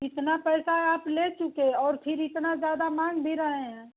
इतना पैसा आप ले चुके हैं और फिर इतना ज़्यादा मांग भी रहे हैं